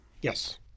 Yes